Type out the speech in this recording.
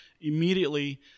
immediately